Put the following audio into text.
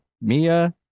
Mia